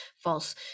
false